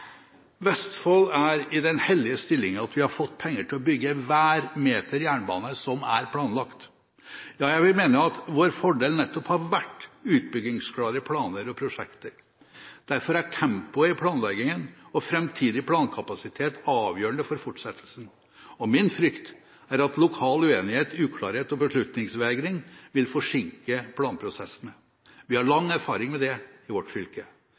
Vestfold er i den heldige stilling at vi har fått penger til å bygge hver meter jernbane som er planlagt. Ja, jeg vil mene at vår fordel nettopp har vært utbyggingsklare planer og prosjekter. Derfor er tempoet i planleggingen og framtidig plankapasitet avgjørende for fortsettelsen. Min frykt er at lokal uenighet, uklarhet og beslutningsvegring vil forsinke planprosessene. Vi har lang erfaring med det i vårt fylke.